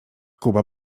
kuba